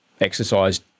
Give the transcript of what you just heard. exercise